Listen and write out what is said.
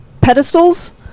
pedestals